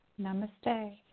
Namaste